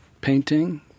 painting